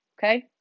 Okay